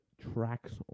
tracks